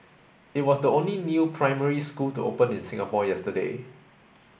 it was the only new primary school to open in Singapore yesterday